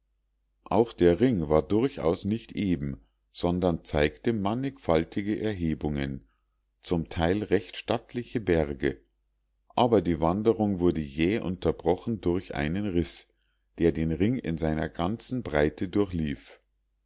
auch der ring war durchaus nicht eben sondern zeigte mannigfaltige erhebungen zum teil recht stattliche berge aber die wanderung wurde jäh unterbrochen durch einen riß der den ring in seiner ganzen breite durchlief